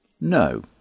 No